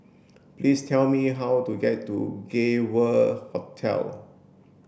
please tell me how to get to Gay World Hotel